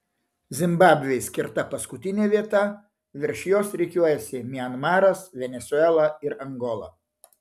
zimbabvei skirta paskutinė vieta virš jos rikiuojasi mianmaras venesuela ir angola